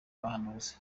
abahanuzi